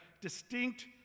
distinct